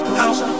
house